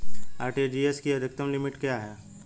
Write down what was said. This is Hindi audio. आर.टी.जी.एस की अधिकतम लिमिट क्या है?